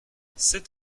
sept